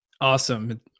awesome